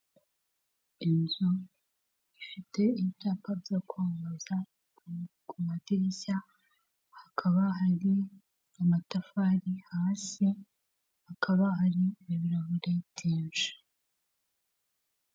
Inzu ifite ibyapa byo kwamamaza ku madirishya hakaba hari amatafari, hasi hakaba hari ibirahure byinshi.